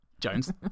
jones